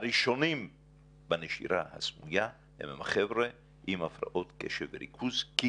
הראשונים בנשירה הסמויה הם החבר'ה עם הפרעות קשב וריכוז כי